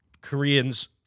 Koreans